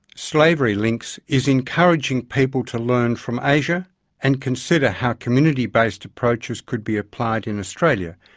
slavery links is encouraging people to learn from asia and consider how community-based approaches could be applied in australia,